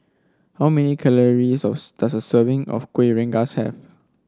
how many calories of does a serving of Kuih Rengas have